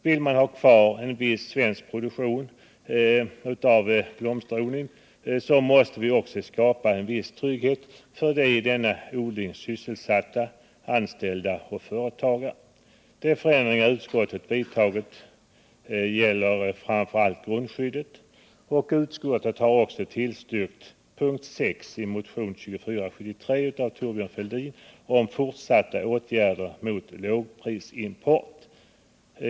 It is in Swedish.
Vill vi ha kvar en viss svensk produktion när det gäller 129 blomsterodling måste vi också skapa en viss trygghet för de i denna odling sysselsatta — anställda och företagare. De förändringar utskottet föreslagit gäller framför allt grundskyddet, och utskottet har också tillstyrkt yrkande 6 i den nyssnämnda centermotionen 2473 — vilken har Thorbjörn Fälldin som första namn — om fortsatta åtgärder mot lågprisimport.